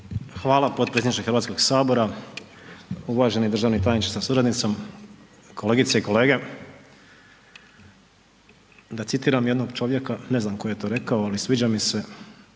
Hvala potpredsjedniče HS-a. Uvaženi državni tajniče sa suradnicom. Kolegice i kolege. Da citiram jednog čovjeka, ne znam tko je to rekao, ali sviđa mi se.